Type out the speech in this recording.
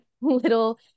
little